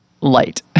light